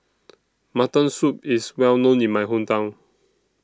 Mutton Soup IS Well known in My Hometown